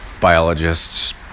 biologists